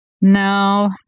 No